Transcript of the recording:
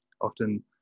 Often